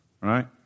Right